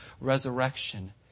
resurrection